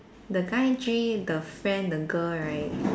the guy J the friend the girl right